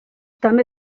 també